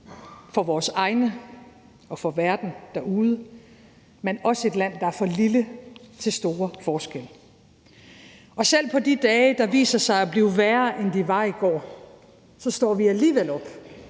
for vores egne og for verden derude, men også et land, der er for lille til store forskelle. Og selv på de dage, der viser sig at blive værre, end de var i går, så står vi alligevel op